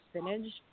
spinach